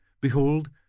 behold